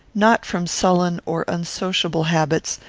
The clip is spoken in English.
not from sullen or unsociable habits,